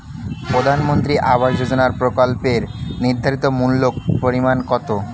প্রধানমন্ত্রী আবাস যোজনার প্রকল্পের নির্ধারিত মূল্যে পরিমাণ কত?